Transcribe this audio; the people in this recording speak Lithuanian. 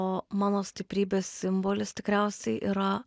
o mano stiprybės simbolis tikriausiai yra